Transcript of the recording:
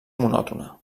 monòtona